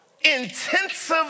intensive